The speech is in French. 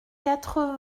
quatre